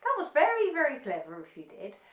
was very very clever if you did,